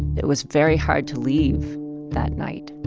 it was very hard to leave that night.